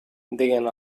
деген